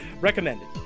recommended